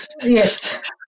Yes